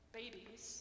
babies